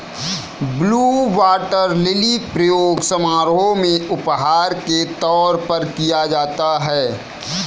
blue water lily का प्रयोग समारोह में उपहार के तौर पर किया जाता है